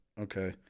Okay